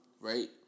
Right